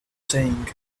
saying